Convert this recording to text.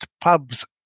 pubs